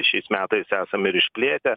šiais metais esam ir išplėtę